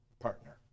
partner